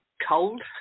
cold